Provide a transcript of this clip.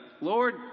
Lord